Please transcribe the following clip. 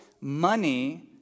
Money